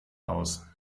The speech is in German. aus